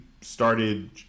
Started